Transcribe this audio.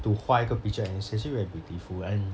to 画一个 picture and it's actually very beautiful and